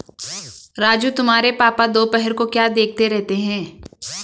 राजू तुम्हारे पापा दोपहर को क्या देखते रहते हैं?